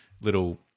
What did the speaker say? little